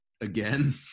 again